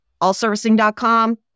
allservicing.com